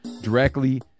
directly